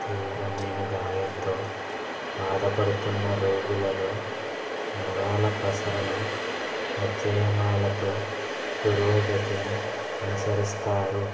తీవ్రమైన గాయంతో బాధపడుతున్న రోగులలో నరాల ప్రసరణ అధ్యయనాలతో పురోగతిని అనుసరిస్తారు